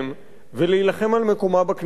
ולהילחם על מקומה בכנסת,